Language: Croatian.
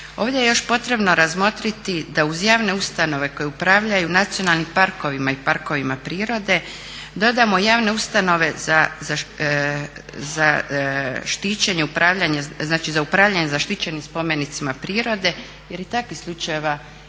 Ovdje je još potrebno razmotriti da uz javne ustanove koje upravljaju nacionalnim parkovima i parkovima prirode dodamo javne ustanove za štićenje, upravljanje, znači za upravljanje zaštićenim spomenicima prirode jer i takvih slučajeva